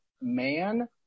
man